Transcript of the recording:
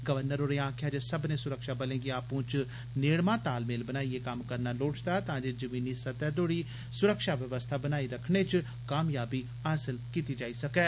राज्यपाल होरें आक्खेआजे सब्बने सुरक्षा बलें गी आपूं च नेड़मा तालमेल बनाइयै कम्म करना लोड़चदा तां जे जमीनी सतह् तोड़ी सुरक्षा बवस्था बनाई रखने च कामयाबी हासल कीती जाई सकै